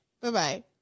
Bye-bye